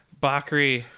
Bakri